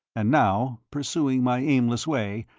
and now, pursuing my aimless way,